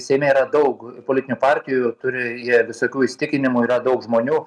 seime yra daug politinių partijų turi jie visokių įsitikinimų yra daug žmonių